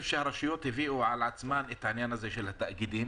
הרשויות הביאו על עצמן את עניין התאגידים